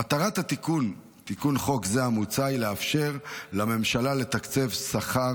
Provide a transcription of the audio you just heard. מטרת תיקון החוק המוצעת היא לאפשר לממשלה לתקצב שכר